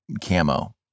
camo